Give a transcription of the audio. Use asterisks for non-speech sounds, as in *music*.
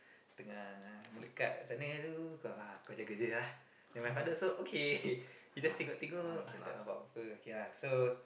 tengah melakat kat sana tu kau jaga-jaga ah then my father also okay *laughs* he just tengok-tengok tak nampak apa-apa okay lah so